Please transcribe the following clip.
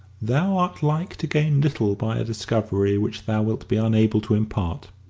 thou art like to gain little by a discovery which thou wilt be unable to impart.